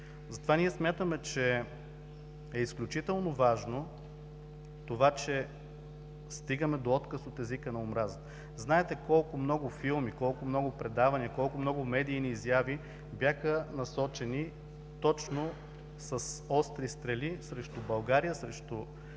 Затова смятаме, че е изключително важно това, че стигаме до отказ от езика на омразата. Знаете колко много филми, колко много предавания, колко много медийни изяви бяха насочени точно с остри стрели срещу България, срещу всичко